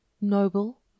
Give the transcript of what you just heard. noble